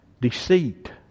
deceit